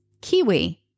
kiwi